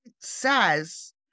says